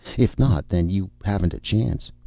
if not, then you haven't a chance.